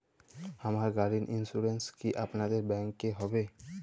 আমার গাড়ির ইন্সুরেন্স কি আপনাদের ব্যাংক এ হবে?